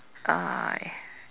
uh